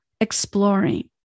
exploring